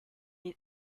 est